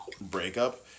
breakup